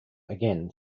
again